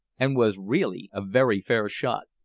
and was really a very fair shot.